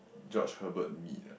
George-Hurbet meet ah